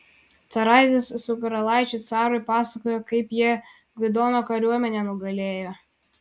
caraitis su karalaičiu carui pasakoja kaip jie gvidono kariuomenę nugalėjo